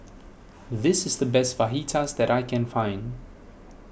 this is the best Fajitas that I can find